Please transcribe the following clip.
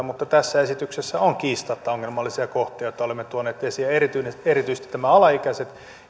mutta tässä esityksessä on kiistatta ongelmallisia kohtia joita olemme tuoneet esiin erityisesti erityisesti nämä alaikäiset